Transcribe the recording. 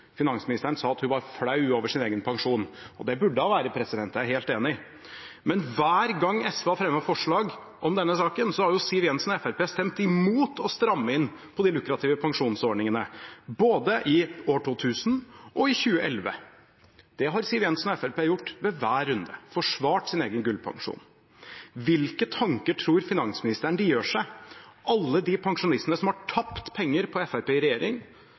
Finansministeren sa at hun var flau over sin egen pensjon, og det burde hun være – jeg er helt enig. Men hver gang SV har fremmet forslag om denne saken, har Siv Jensen og Fremskrittspartiet stemt imot å stramme inn på de lukrative pensjonsordningene, både i år 2000 og i 2011. Det har Siv Jensen og Fremskrittspartiet gjort ved hver runde – forsvart sin egen gullpensjon. Hvilke tanker tror finansministeren de gjør seg, alle de pensjonistene som har tapt penger på Fremskrittspartiet i regjering,